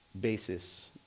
basis